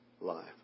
life